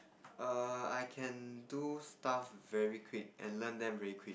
err I can do stuff very quick and learn them very quick